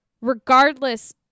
regardless